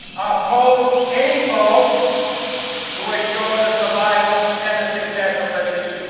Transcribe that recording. oppose any foe to assure the survival and the success of liberty.